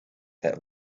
that